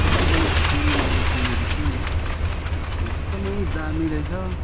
तपाईँकोमा छुरी मैले किनेको थिएँ नि एकदमै दामी रहेछ